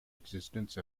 existence